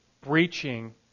breaching